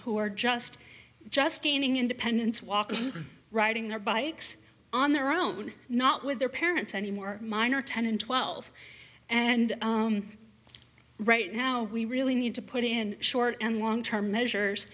who are just just gaining independence walking riding their bikes on their own not with their parents anymore mine are ten and twelve and right now we really need to put in short and long term measures